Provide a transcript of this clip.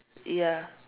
ya